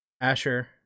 Asher